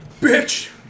Bitch